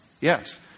Yes